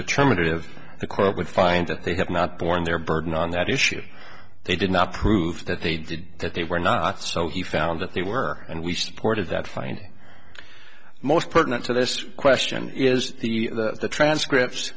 determined of the court would find that they have not borne their burden on that issue they did not prove that they did that they were not so he found that they were and we supported that finding most pertinent to this question is the transcripts